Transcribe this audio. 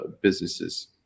businesses